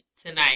tonight